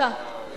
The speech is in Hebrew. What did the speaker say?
תודה רבה.